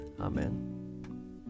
Amen